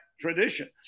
tradition